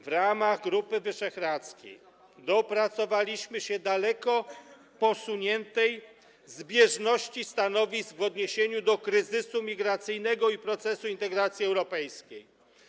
W ramach Grupy Wyszehradzkiej dopracowaliśmy się daleko posuniętej zbieżności stanowisk w odniesieniu do kryzysu migracyjnego i procesu integracji europejskiej.